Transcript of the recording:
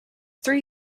three